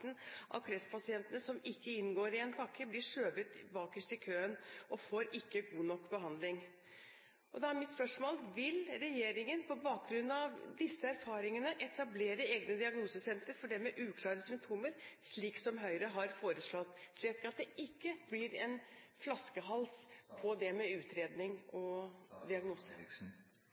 som ikke indgår i en pakke, bliver skubbet bag i køen og ikke modtager en god nok behandling.» Da er mitt spørsmål: Vil regjeringen på bakgrunn av disse erfaringene etablere egne diagnosesentre for dem med uklare symptomer, slik som Høyre har foreslått, slik at det ikke blir en flaskehals når det gjelder utredning og